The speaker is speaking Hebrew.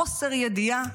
חוסר ידיעה,